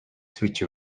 switch